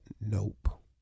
Nope